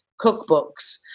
cookbooks